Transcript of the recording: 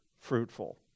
fruitful